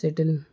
shuttle